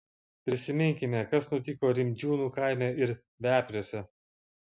prisiminkime kas nutiko rimdžiūnų kaime ir vepriuose